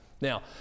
Now